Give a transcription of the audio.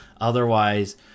Otherwise